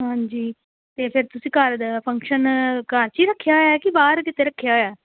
ਹਾਂਜੀ ਅਤੇ ਫਿਰ ਤੁਸੀਂ ਘਰ ਦੇ ਫੰਕਸ਼ਨ ਘਰ 'ਚ ਈ ਰੱਖਿਆ ਹੋਇਆ ਕਿ ਬਾਹਰ ਕਿਤੇ ਰੱਖਿਆ ਹੋਇਆ